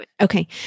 Okay